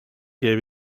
gave